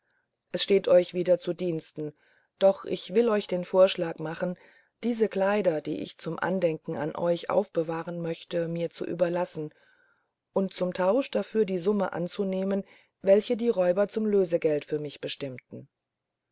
es steht euch wieder zu diensten doch will ich euch den vorschlag machen diese kleider die ich zum andenken an euch aufbewahren möchte mir zu überlassen und zum tausch dafür die summe anzunehmen welche die räuber zum lösegeld für mich bestimmten